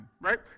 right